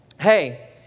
hey